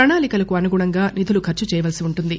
ప్రణాళికలకు అనుగుణంగా నిధులు ఖర్చు చేయవలసి ఉంటుంది